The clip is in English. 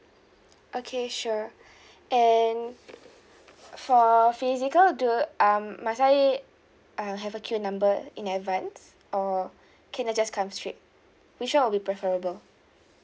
okay sure and for physical do um must I uh have a queue number in advance or can I just come straight which one will be preferable